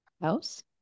House